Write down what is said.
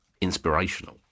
inspirational